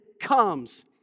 comes